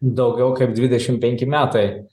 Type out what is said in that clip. daugiau kaip dvidešimt penki metai